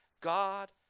god